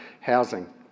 housing